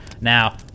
now